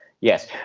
Yes